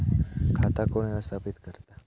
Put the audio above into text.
खाता कोण व्यवस्थापित करता?